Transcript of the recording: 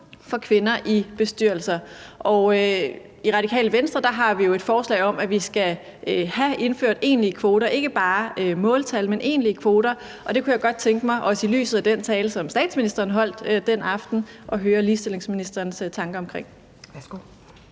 for kvinder i bestyrelser. Og i Radikale Venstre har vi jo et forslag om, at vi skal have indført egentlige kvoter, ikke bare måltal, men egentlige kvoter, og det kunne jeg godt tænke mig, også i lyset af den tale, som statsministeren holdt den aften, at høre ligestillingsministerens tanker omkring.